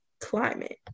climate